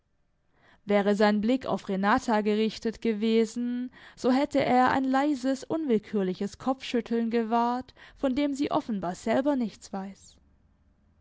wäre sein blick auf renata gerichtet gewesen so hätte er ein leises unwillkürliches kopfschütteln gewahrt von dem sie offenbar selber nichts weiß